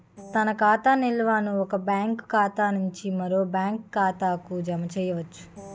తన ఖాతా నిల్వలను ఒక బ్యాంకు ఖాతా నుంచి మరో బ్యాంక్ ఖాతాకు జమ చేయవచ్చు